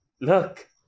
look